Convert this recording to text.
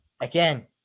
again